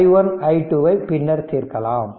i1 i2 ஐ பின்னர் தீர்க்கலாம்